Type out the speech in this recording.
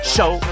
Show